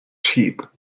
sheep